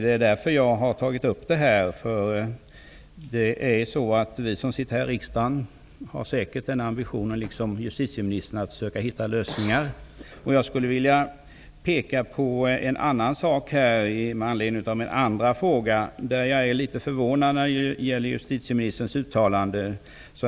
Det är därför som jag har tagit upp det här. Vi som sitter här i riksdagen har säkert, liksom justitieministern, ambitionen att söka hitta lösningar. Jag skulle vilja peka på en annan sak med anledning av min andra fråga. Jag är litet förvånad när det gäller justitieministerns uttalande.